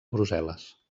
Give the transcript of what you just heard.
brussel·les